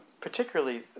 particularly